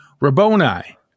Rabboni